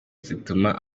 zituma